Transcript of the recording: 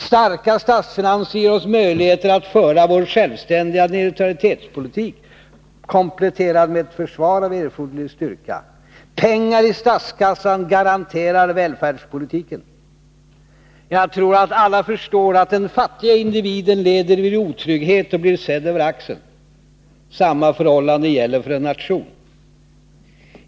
Starka statsfinanser ger oss möjligheten att föra vår självständiga neutralitetspolitik kompletterad med ett försvar av erforderlig styrka. Pengar i statskassan garanterar välfärdspolitiken. Jag tror alla förstår att den fattiga individen lever i otrygghet och blir sedd över axeln. Samma förhållande gäller för en nation.